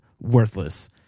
worthless